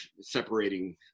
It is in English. separating